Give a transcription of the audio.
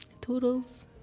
toodles